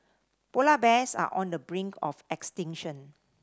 polar bears are on the brink of extinction